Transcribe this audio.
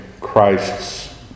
Christ's